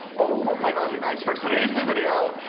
oh my god you guys! for today's new video,